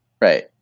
Right